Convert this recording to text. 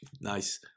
Nice